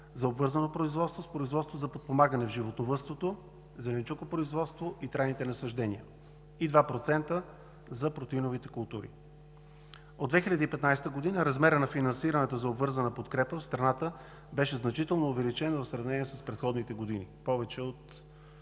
за обвързано производство с производството за подпомагане в животновъдството, зеленчукопроизводството и трайните насаждения, и 2% за протеиновите култури. От 2015 г. размерът на финансирането за обвързана подкрепа в страната беше значително увеличен в сравнение с предходните години – повече от